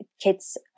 kids